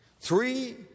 three